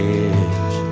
edge